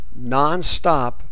nonstop